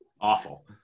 Awful